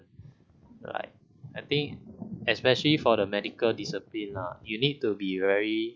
alright I think especially for the medical discipline lah you need to be very